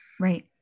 right